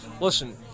listen—